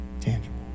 tangible